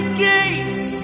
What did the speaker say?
case